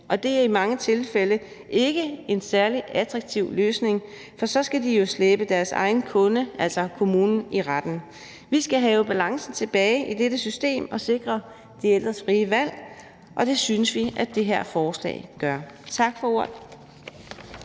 og det er i mange tilfælde ikke en særlig attraktiv løsning, for så skal de jo slæbe deres egen kunde, altså kommunen, i retten. Vi skal have balancen tilbage i dette system og sikre de ældres frie valg, og det synes vi at det her forslag gør. Tak for ordet.